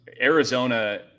Arizona